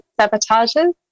sabotages